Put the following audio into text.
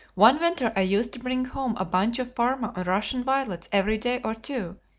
one winter i used to bring home a bunch of parma or russian violets every day or two,